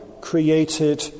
created